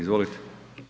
Izvolite.